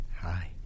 Hi